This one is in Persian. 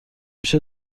پیش